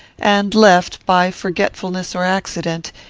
and left, by forgetfulness or accident,